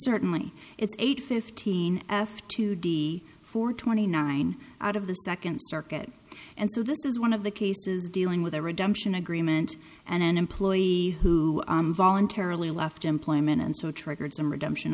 certainly it's eight fifteen f two d four twenty nine out of the second circuit and so this is one of the cases dealing with a redemption agreement and an employee who voluntarily left employment and so it triggered some redemption